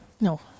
No